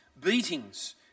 beatings